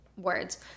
words